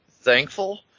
thankful